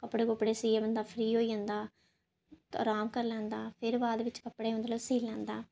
कपड़े कुपड़े सिये बंदा फ्री होई जंदा ते अराम करी लैंदा फेर बाद बिच्च सी लैंदा